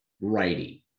righty